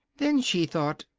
then she thought,